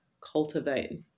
cultivate